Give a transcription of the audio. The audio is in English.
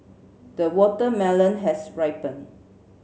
the watermelon has ripened